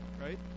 right